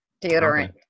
deodorant